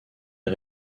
les